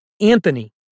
Anthony